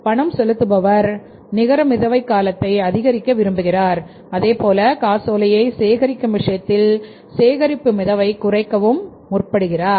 பணம் செலுத்துபவர் நிகர மிதவை காலத்தைஅதிகரிக்க விரும்புகிறார் அதேபோல காசோலையை சேகரிக்கும் விஷயத்தில் சேகரிப்பு மிதவை குறைக்க முற்படுகிறார்